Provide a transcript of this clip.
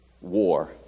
war